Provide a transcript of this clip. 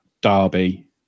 Derby